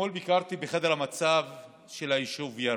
אתמול ביקרתי בחדר המצב של היישוב ירכא,